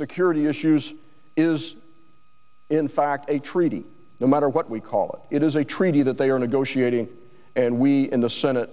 security issues is in fact a treaty no matter what we call it it is a treaty that they are negotiating and we in the senate